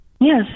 Yes